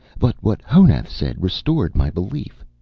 but what honath said restored my belief.